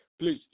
Please